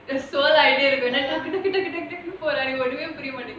டக்குனு டக்குனு டக்குனு ஒண்ணுமே புரியமாட்டேங்குது:takkunu takkunu takkunu onnumae puriya maatenguthu